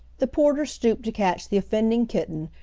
the porter stooped to catch the offending kitten,